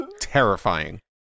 terrifying